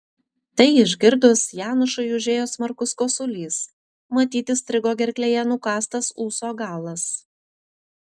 tai išgirdus janošui užėjo smarkus kosulys matyt įstrigo gerklėje nukąstas ūso galas